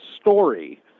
story